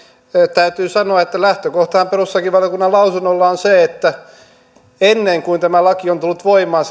täytyy sanoa että lähtökohtahan perustuslakivaliokunnan lausunnossa on se että ennen kuin tämä laki on tullut voimaan